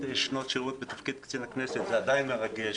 שירות בתפקיד קצין הכנסת זה עדיין מרגש,